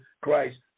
Christ